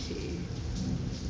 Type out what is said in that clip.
okay